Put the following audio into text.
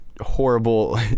Horrible